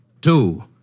Two